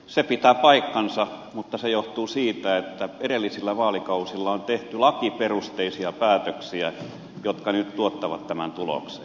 se pitää paikkansa mutta se johtuu siitä että edellisillä vaalikausilla on tehty lakiperusteisia päätöksiä jotka nyt tuottavat tämän tuloksen